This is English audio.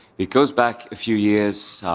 it goes back a few years,